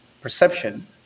perception